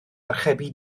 archebu